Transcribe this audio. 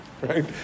right